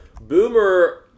Boomer